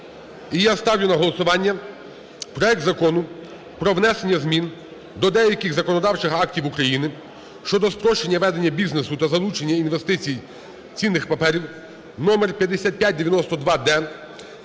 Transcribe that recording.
я ставлю на голосування проект Закону про внесення змін до деяких законодавчих актів України (щодо спрощення ведення бізнесу та залучення інвестицій цінних паперів) (№5592-д)